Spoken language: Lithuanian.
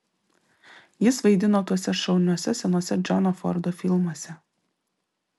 jis vaidino tuose šauniuose senuose džono fordo filmuose